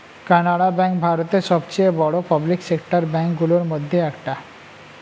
Canara bank ভারতের সবচেয়ে বড় পাবলিক সেক্টর ব্যাঙ্ক গুলোর মধ্যে একটা